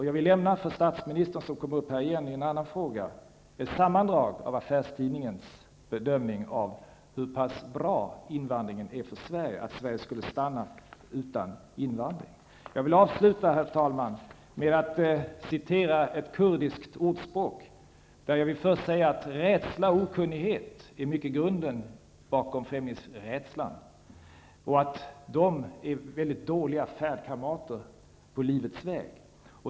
Jag vill nämna för statsministern, som kommer upp här igen i en annan fråga, ett sammandrag av tidningen Affärsvärldens bedömning av hur pass bra invandringen är för Sverige: Sverige skulle stanna utan invandringen. Jag vill avsluta, herr talman, med att citera ett kurdiskt ordspråk, men jag vill först säga att rädsla och okunnighet är i mycket grunden till främlingsfientligheten och att rädda och okunniga människor är väldigt dåliga färdkamrater på livets väg.